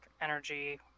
energy